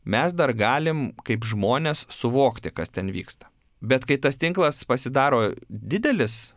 mes dar galim kaip žmonės suvokti kas ten vyksta bet kai tas tinklas pasidaro didelis